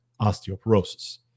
osteoporosis